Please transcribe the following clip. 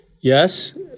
yes